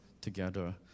together